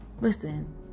Listen